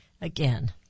Again